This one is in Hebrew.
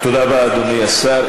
תודה רבה, אדוני השר.